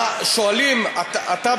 שואלים: אתה,